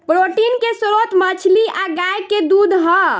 protein के स्त्रोत मछली आ गाय के दूध ह